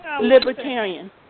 Libertarian